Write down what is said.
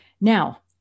Now